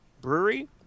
brewery